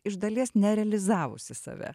iš dalies nerealizavusi save